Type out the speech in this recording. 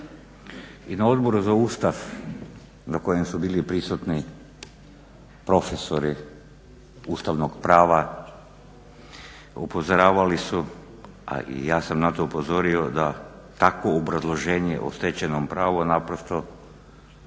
I na Odboru za Ustav na kojem su bili prisutni profesori ustavnog prava upozoravali su, a i ja sam na to upozorio da takvo obrazloženje o stečenom pravu naprosto